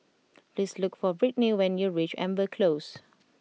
please look for Britni when you reach Amber Close